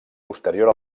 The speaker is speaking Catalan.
posterior